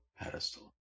pedestal